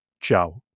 ciao